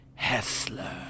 Hessler